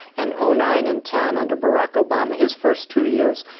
and ah nine and ten under barack obama, his first two years.